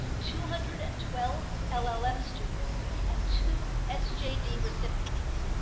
two hundred and twelve l l m. students, and two s j d. recipients.